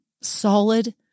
solid